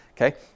Okay